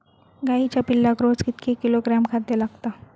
गाईच्या पिल्लाक रोज कितके किलोग्रॅम खाद्य लागता?